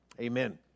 Amen